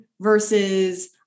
versus